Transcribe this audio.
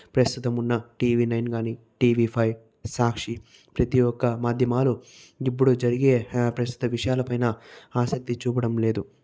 ప్రస్తుతం ఉన్న TV nine కాని టీవీ ఫైవ్ సాక్షి ప్రతి ఒక్క మాధ్యమాలు ఇప్పుడు జరిగే ప్రస్తుత విషయాలపైన ఆసక్తి చూపడం లేదు